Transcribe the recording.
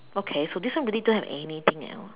okay so this one really don't have anything at all